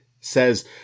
says